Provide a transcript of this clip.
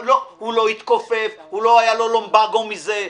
הוא לא התכופף, לא היה לו לומבגו מזה,